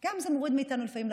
גם זה מוריד מאיתנו לפעמים לחצים,